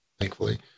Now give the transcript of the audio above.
thankfully